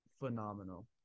Phenomenal